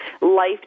life